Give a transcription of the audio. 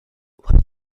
what